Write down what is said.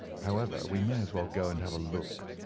however, we may as well go and have a look.